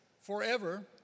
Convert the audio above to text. forever